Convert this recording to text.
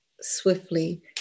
swiftly